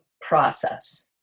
process